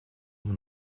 ему